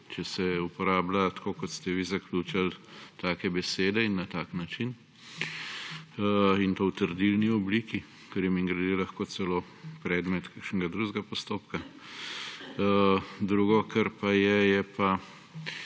Če se uporablja tako, kot ste vi zaključili, take besede in na tak način in to v trdilni obliki, kar je mimogrede lahko celo predmet kakšnega drugega postopka. Drugo, kar pa je, je pa